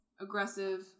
aggressive